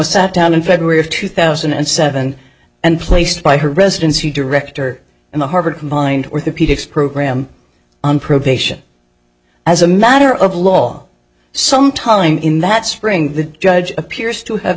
sat down in february of two thousand and seven and placed by her residency director in the harvard combined orthopedics program on probation as a matter of law some time in that spring the judge appears to have